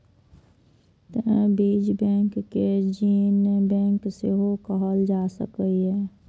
तें बीज बैंक कें जीन बैंक सेहो कहल जा सकैए